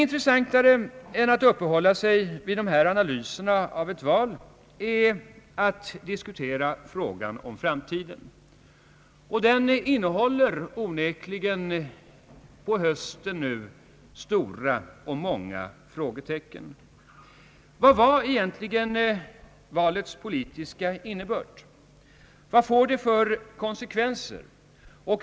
Intressantare än att uppehålla sig vid analyser av ett val är det att diskutera framtiden, Den innehåller onekligen nu hösten 1968 många och stora frågetec ken. Vad var egentligen valets politiska innebörd? Vad får det för konsekvenser?